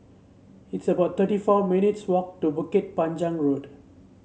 it's about thirty four minutes' walk to Bukit Panjang Road